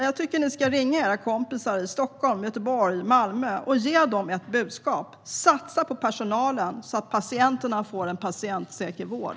Jag tycker att ni ska ringa era kompisar i Stockholm, Göteborg och Malmö och ge dem ett budskap, nämligen att satsa på personalen så att patienterna får en patientsäker vård.